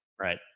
right